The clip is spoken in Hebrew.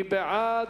מי בעד?